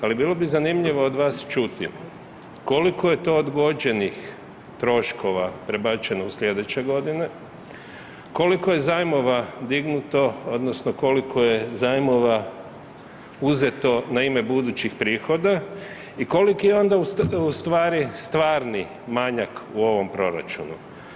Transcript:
Ali bilo bi zanimljivo od vas čuti koliko je to odgođenih troškova prebačeno u sljedeće godine, koliko je zajmova dignuto odnosno koliko je zajmova uzeto na ime budućih prihoda i koliko je onda ustvari stvarni manjak u ovom proračunu.